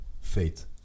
faith